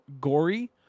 gory